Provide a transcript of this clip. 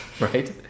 right